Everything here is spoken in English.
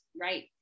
Right